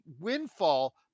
windfall